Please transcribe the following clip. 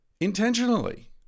intentionally